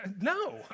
No